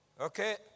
Okay